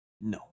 No